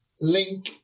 link